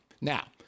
Now